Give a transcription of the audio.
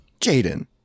Jaden